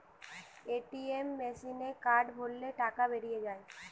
ATM মেসিনে card ভরলে টাকা বেরিয়ে যায়